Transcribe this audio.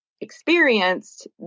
experienced